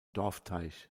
dorfteich